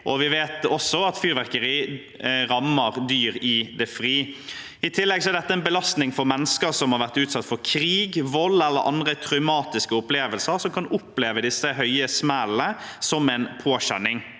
vi vet også at fyrverkeri rammer dyr i det fri. I tillegg er dette en belastning for mennesker som har vært utsatt for krig, vold eller andre traumatiske opplevelser, og som kan oppleve disse høye smellene som en påkjenning.